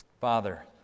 Father